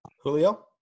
Julio